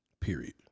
period